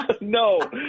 No